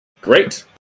Great